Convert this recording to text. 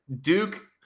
duke